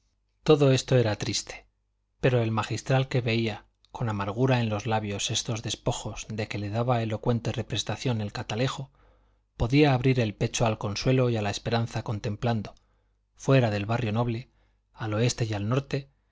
todo esto era triste pero el magistral que veía con amargura en los labios estos despojos de que le daba elocuente representación el catalejo podía abrir el pecho al consuelo y a la esperanza contemplando fuera del barrio noble al oeste y al norte